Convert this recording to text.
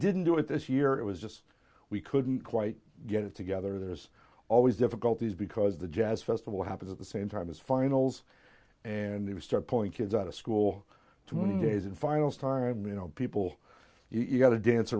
didn't do it this year it was just we couldn't quite get it together there's always difficulties because the jazz festival happened at the same time as finals and they would start pulling kids out of school to mondays and finals time you know people you got to dance